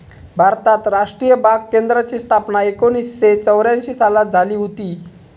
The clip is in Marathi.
भारतात राष्ट्रीय बाग केंद्राची स्थापना एकोणीसशे चौऱ्यांशी सालात झाली हुती